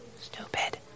stupid